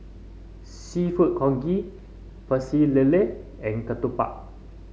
seafood congee Pecel Lele and ketupat